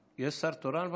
יש שר תורן במליאה?